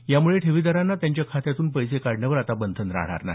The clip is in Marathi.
यामुळे ठेवीदारांना त्यांच्या खात्यातून पैसे काढण्यावर बंधन राहणार नाही